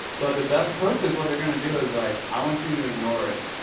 but the best coach is what they're going to do is like, i want you to ignore it.